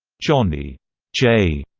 johnny j.